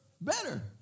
better